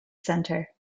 centre